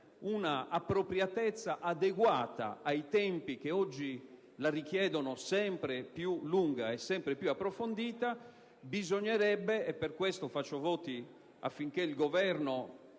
un'appropriatezza adeguata ai tempi, che oggi la richiedono sempre più lunga e sempre più approfondita. Faccio voti affinché il Governo